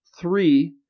three